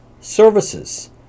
Services